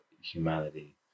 humanity